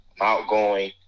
outgoing